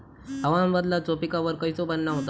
हवामान बदलाचो पिकावर खयचो परिणाम होता?